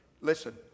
listen